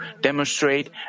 demonstrate